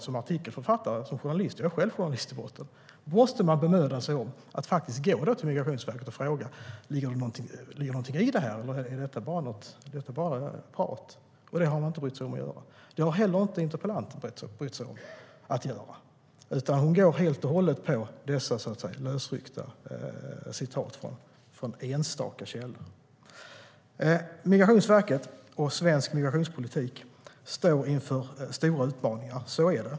En artikelförfattare och journalist - jag är själv journalist i botten - måste då bemöda sig om att gå till Migrationsverket och fråga om det ligger något i det eller om det bara är prat. Det har han inte brytt sig om att göra. Det har inte heller interpellanten brytt sig om att göra. Hon går helt och hållet på dessa lösryckta citat från enstaka källor. Migrationsverket och svensk migrationspolitik står inför stora utmaningar. Så är det.